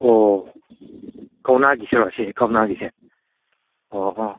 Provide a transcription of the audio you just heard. ꯑꯣ ꯀꯧꯅꯥꯒꯤꯁꯤꯔꯣ ꯁꯤ ꯀꯧꯅꯥꯒꯤꯁꯦ ꯑꯣ ꯍꯣꯏ